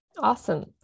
Awesome